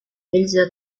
elsa